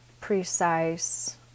precise